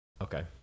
Okay